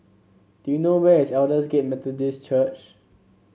do you know where is Aldersgate Methodist Church